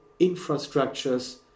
infrastructures